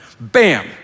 Bam